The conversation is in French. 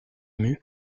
mue